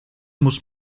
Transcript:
muss